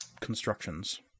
constructions